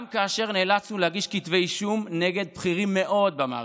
גם כאשר נאלצנו להגיש כתבי אישום נגד בכירים מאוד במערכת,